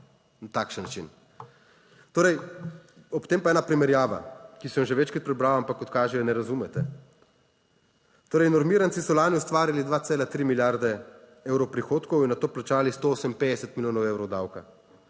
na takšen način. Torej ob tem pa ena primerjava, ki sem jo že večkrat prebral, ampak kot kaže ne razumete. Torej, normiranci so lani ustvarili 2,3 milijarde evrov prihodkov in nato plačali 158 milijonov evrov davka,